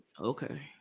Okay